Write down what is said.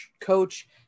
coach